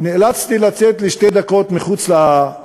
נאלצתי לצאת לשתי דקות מהאולם,